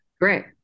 Great